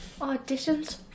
Auditions